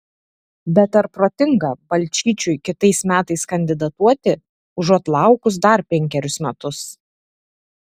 bet ar protinga balčyčiui kitais metais kandidatuoti užuot laukus dar penkerius metus